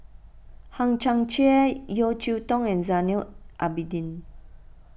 Hang Chang Chieh Yeo Cheow Tong and Zainal Abidin